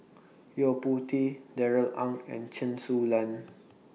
Yo Po Tee Darrell Ang and Chen Su Lan